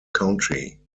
country